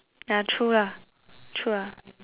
ya true lah true lah